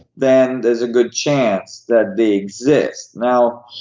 then there's a good chance that they exist. now,